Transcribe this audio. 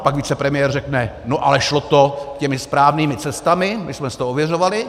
Pak vicepremiér řekne no ale šlo to těmi správnými cestami, my jsme si to ověřovali.